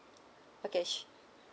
okay sh~